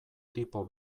tipo